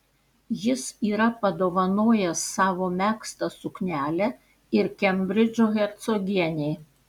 jis yra padovanojęs savo megztą suknelę ir kembridžo hercogienei